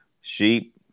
sheep